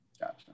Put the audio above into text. Gotcha